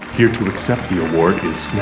here to accept the award is snap,